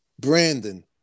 Brandon